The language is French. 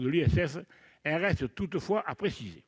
de l'ISF. Elle reste toutefois à préciser.